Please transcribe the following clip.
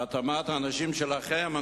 האנשים שלכם,